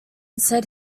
said